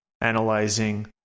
analyzing